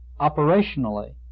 Operationally